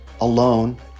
alone